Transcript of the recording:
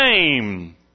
name